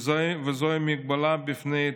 וזוהי מגבלה בפני התפתחות,